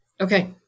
Okay